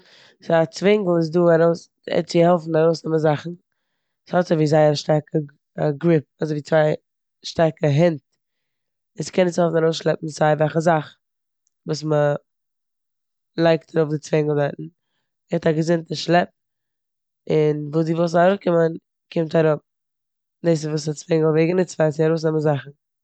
סאו א צווענגל איז דא ארויס- צו העלפן ארויסנעמען זאכן. ס'האט אזויווי זייער א שטארקע ג- גריפ, אזויווי צוויי שטארקע הענט און ס'קען אונז העלפן ארויסשלעפן סיי וועלכע זאך וואס מ'לייגט ארויף די צווענגל דארט. מ'גיבט א געזונטע שלעפ און וואס די ווילסט זאל אראפקומען קומט אראפ. דאס איז וואס א צווענגל ווערט גענוצט פאר, צו ארויסנעמען זאכן.